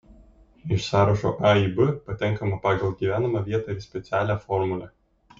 iš sąrašo a į b patenkama pagal gyvenamą vietą ir specialią formulę